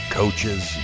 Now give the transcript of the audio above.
coaches